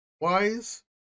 wise